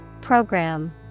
Program